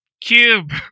Cube